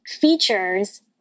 features